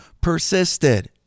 persisted